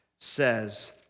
says